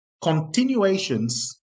continuations